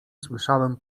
słyszałem